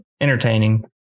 entertaining